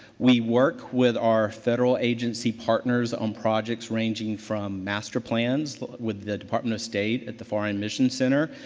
we work with our federal agency partners on projects ranging from master plans with the department of state at the foreign missions center,